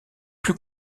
plus